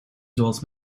zoals